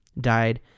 died